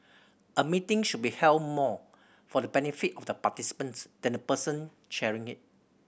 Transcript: a meeting should be held more for the benefit of the participants than the person chairing it